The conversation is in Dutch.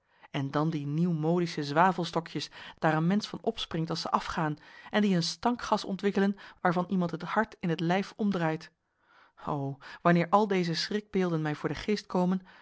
en dan die nieuwmodische zwavelstokjes daar een mensch van opspringt als ze afgaan en die een stankgas ontwikkelen waarvan iemand het hart in het lijf omdraait o wanneer al deze schrikbeelden mij voor den geest komen